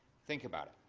think about it.